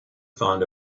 find